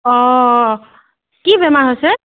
অঁ কি বেমাৰ হৈছে